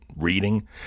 reading